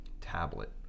tablet